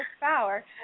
power